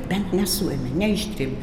bent nesuėmė neištrėm